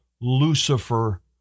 Lucifer